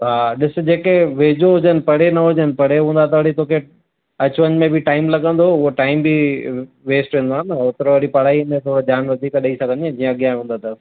हा ॾिसु जेके वझो हुजनि परे न हुजनि परे हूंदा त पोइ तोखे अचु वञु में बि टाइम लॻंदो उहो टाइम बि वेस्ट वेंदो आहे न ओतिरो वरी पढ़ाई में थोरो ध्यानु वधीक ॾेई सघंदीअ जीअं अॻियां हूंदा त